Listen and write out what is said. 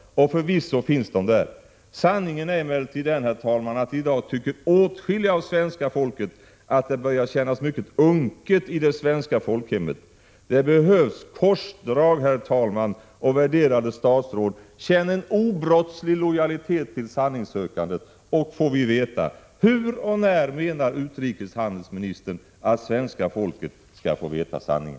Och förvisso finns de där. Sanningen är emellertid den, herr talman, att i dag tycker en stor del av svenska folket att det börjar kännas mycket unket i det svenska folkhemmet. Det behövs korsdrag, herr talman och värderade statsråd. Känn en obrottslig lojalitet till sanningssökandet! Får vi höra när och hur utrikeshandelsministern menar att svenska folket skall få veta sanningen!